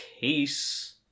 case